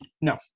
No